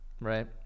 right